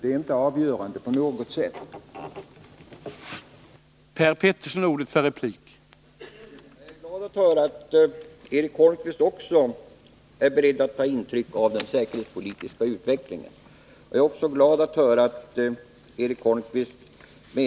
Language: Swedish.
Det är inte på något sätt avgörande.